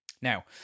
Now